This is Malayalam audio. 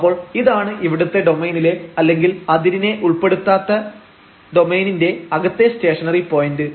അപ്പോൾ ഇതാണ് ഇവിടുത്തെ ഡൊമൈനിലെ അല്ലെങ്കിൽ അതിരിനെ ഉൾപ്പെടുത്താതെ ഡൊമൈനിന്റെ അകത്തെ സ്റ്റേഷനറി പോയിന്റ്